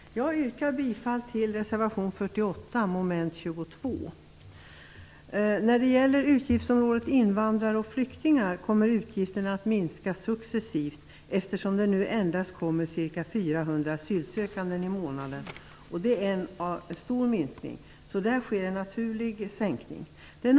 Herr talman! Jag yrkar bifall till reservation 48 avseende mom. 22. När det gäller utgiftsområdet invandrare och flyktingar kommer utgifterna att successivt minska, eftersom det nu endast kommer ca 400 asylsökande i månaden. Det är en stor minskning. Där sker alltså en naturlig sänkning.